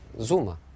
Zuma